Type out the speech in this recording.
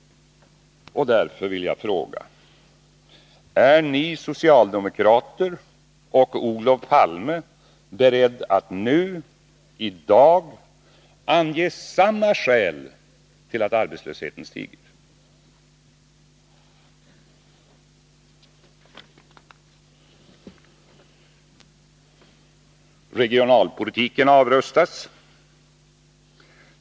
Därför vill jag fråga: Är Olof Palme och övriga socialdemokrater beredda att nu i dag ange samma skäl till att arbetslösheten stiger? Regionalpolitiken avrustas.